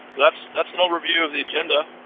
that's that's an overview of the agenda.